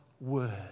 Word